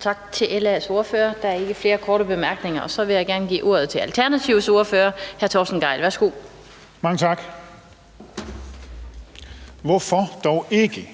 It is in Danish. Tak til LA's ordfører. Der er ikke flere korte bemærkninger. Så vil jeg gerne give ordet til Alternativets ordfører hr. Torsten Gejl. Værsgo. Kl. 17:13 (Ordfører) Torsten Gejl (ALT): Mange tak. Hvorfor dog ikke